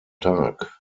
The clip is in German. tag